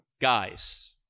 Guys